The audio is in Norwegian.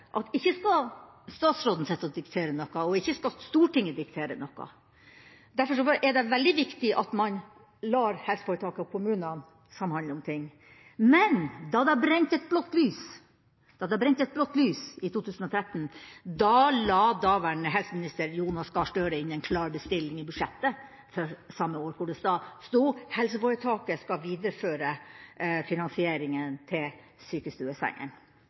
statsråden ikke skal sitte og diktere noe, og at Stortinget ikke skal diktere noe. Derfor er det veldig viktig at man lar helseforetaka og kommunene samhandle om ting. Men da det brente et blått lys i 2013, la daværende helseminister Jonas Gahr Støre inn en klar bestilling i budsjettet for samme år hvor det sto: Helseforetaket skal videreføre finansieringen til